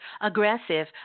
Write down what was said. aggressive